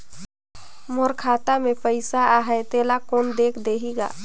मोर खाता मे पइसा आहाय तेला कोन देख देही गा?